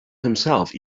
himself